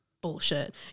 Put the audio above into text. bullshit